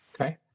Okay